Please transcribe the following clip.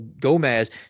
Gomez